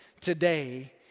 today